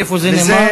איפה זה נאמר?